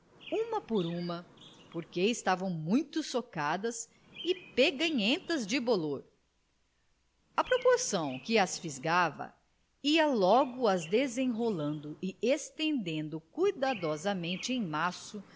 uma por uma porque estavam muito socadas e peganhentas de bolor à proporção que as fisgava ia logo as desenrolando e estendendo cuidadosamente em maço